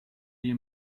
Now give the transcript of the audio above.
you